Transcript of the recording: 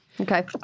Okay